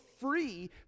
free